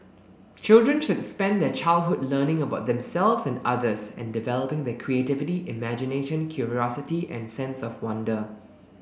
children should spend their childhood learning about themselves and others and developing their creativity imagination curiosity and sense of wonder